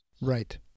Right